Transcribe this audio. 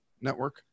Network